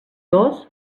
dos